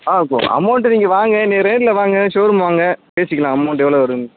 ஆ கோ அமௌண்ட்டு நீங்கள் வாங்க நீ நேரில் வாங்க ஷோ ரூம் வாங்க பேசிக்கலாம் அமௌண்ட்டு எவ்வளோ வருதுன்னு